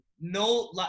no